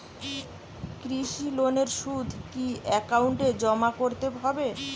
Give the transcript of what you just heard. কৃষি লোনের সুদ কি একাউন্টে জমা করতে হবে?